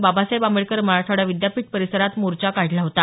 बाबासाहेब आंबेडकर मराठवाडा विद्यापीठ परिसरात मोर्चा काढला होता